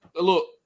look